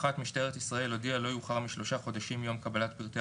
משטרת ישראל הודיעה לא יאוחר משלושה חודשים מיום קבלת פרטי